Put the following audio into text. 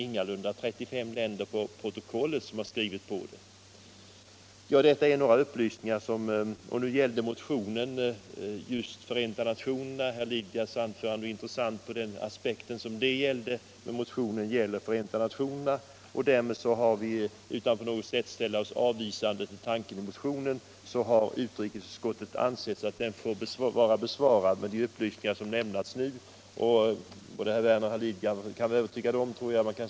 Konventionerna har nu trätt i kraft, men det är ingalunda 35 länder som har.